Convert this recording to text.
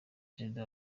perezida